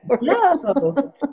No